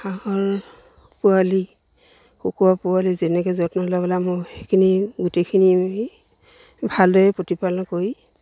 হাঁহৰ পোৱালি কুকুৰা পোৱালি যেনেকৈ যত্ন ল'ব লাগে মই সেইখিনি গোটেইখিনি ভালদৰে প্ৰতিপালন কৰি